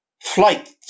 flight